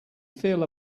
feel